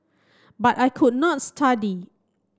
but I could not study